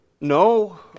no